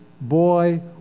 boy